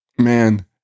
man